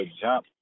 jump